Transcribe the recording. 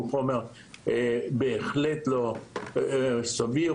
והוא חומר בהחלט סביר.